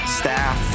staff